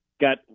Got